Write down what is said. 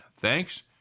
Thanks